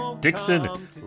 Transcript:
Dixon